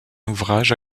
ouvrage